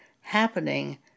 happening